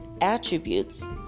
attributes